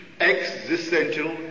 existential